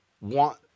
want